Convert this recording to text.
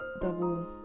Double